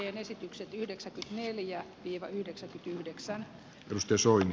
esitykset yhdeksän neljä viiva yhdeksän yhdeksän pystysuorine